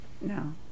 no